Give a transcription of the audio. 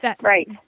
Right